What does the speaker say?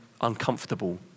uncomfortable